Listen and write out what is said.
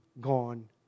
gone